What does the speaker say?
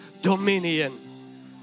dominion